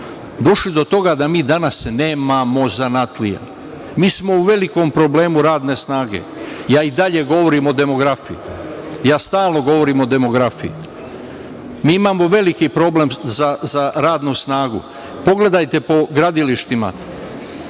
došli do toga da mi danas nemamo zanatlije. Mi smo u velikom problemu radne snage. Ja i dalje govorim o demografiji, ja stalno govorim o demografiji. Mi imamo veliki problem za radnu snagu. Pogledajte po gradilištima,